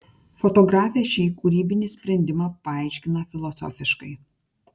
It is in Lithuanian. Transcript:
fotografė šį kūrybinį sprendimą paaiškina filosofiškai